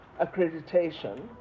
accreditation